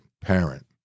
parent